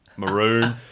maroon